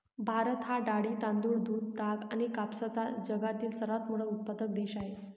भारत हा डाळी, तांदूळ, दूध, ताग आणि कापसाचा जगातील सर्वात मोठा उत्पादक देश आहे